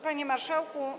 Panie Marszałku!